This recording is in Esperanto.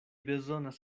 bezonas